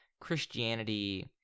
Christianity